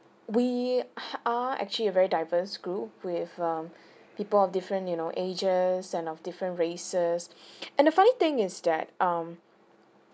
we are actually a very diverse group with um people of different you know ages and of different races and the funny thing is that um